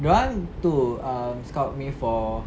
dorang tu um scout me for